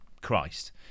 Christ